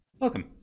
Welcome